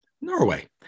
Norway